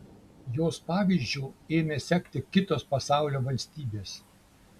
jos pavyzdžiu ėmė sekti kitos pasaulio valstybės